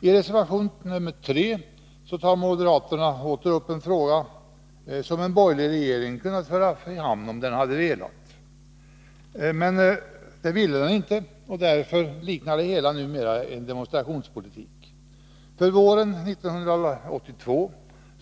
I reservation 3 tar moderaterna åter upp en fråga som en borgerlig regering kunnat föra i hamn om den velat. Men det ville den inte, och därför liknar det hela nu demonstrationspolitik. Våren 1982